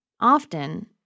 Often